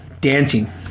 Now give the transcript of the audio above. dancing